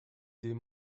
des